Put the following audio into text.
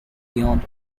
beyond